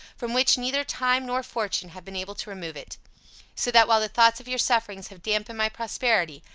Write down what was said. from which neither time nor fortune have been able to remove it so that, while the thoughts of your sufferings have damped and my prosperity,